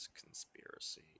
conspiracy